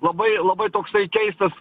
labai labai toksai keistas